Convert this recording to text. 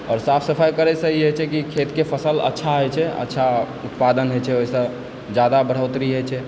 आओर साफ सफाइ करैसँ ई होइ छै कि खेतके फसल अच्छा होइ छै अच्छा उत्पादन होइ छै ओहिसँ जादा बढ़ोतरी होइ छै